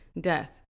death